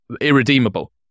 irredeemable